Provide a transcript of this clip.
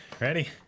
Ready